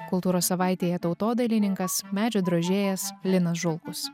kultūros savaitėje tautodailininkas medžio drožėjas linas žulkus